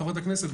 חברת הכנסת,